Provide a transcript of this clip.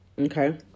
Okay